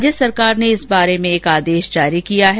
राज्य सरकार ने इस बारे में एक आदेश जारी किया है